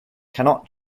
cannot